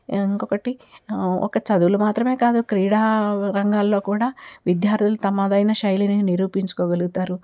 ఇంకొకటి ఒక చదువులు మాత్రమే కాదు క్రీడా రంగాల్లో కూడా విద్యార్థులు తమదైన శైలిని నిరూపించుకోగలుగుతారు